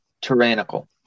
tyrannical